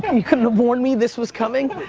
and you couldn't have warned me this was coming?